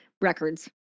records